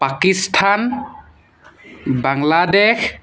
Pakistan Bangladesh